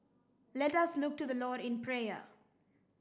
let us look to the Lord in prayer